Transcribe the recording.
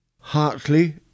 Hartley